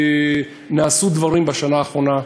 נעשו דברים בשנה האחרונה: